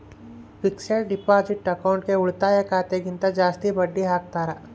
fixed deposit ಅಕೌಂಟ್ಗೆ ಉಳಿತಾಯ ಖಾತೆ ಗಿಂತ ಜಾಸ್ತಿ ಬಡ್ಡಿ ಹಾಕ್ತಾರ